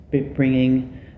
bringing